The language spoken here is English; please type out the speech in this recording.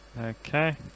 Okay